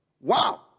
Wow